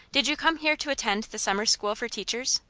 did you come here to attend the summer school for teachers?